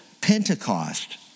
Pentecost